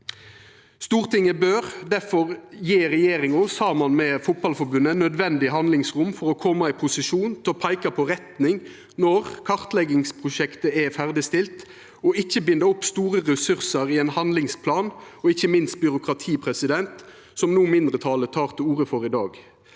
Stortinget bør difor gje regjeringa, saman med Fotballforbundet, nødvendig handlingsrom for å koma i posisjon til å peika retning når kartleggingsprosjektet er ferdigstilt, og ikkje binda opp store ressursar i ein handlingsplan – og ikkje minst byråkrati – slik mindretalet tek til orde for i dag.